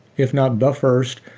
if not the first,